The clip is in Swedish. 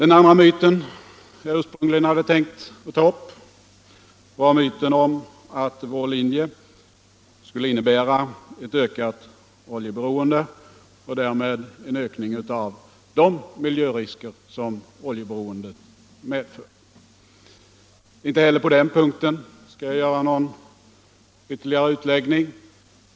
Den andra myten jag ursprungligen tänkt ta upp är myten om att vår linje skulle innebära ett ökat oljeberoende och därmed en ökning av de miljörisker som oljeanvändningen medför. Inte heller på den punkten skall jag nu göra någon ytterligare utläggning.